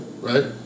Right